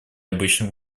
обычных